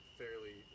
fairly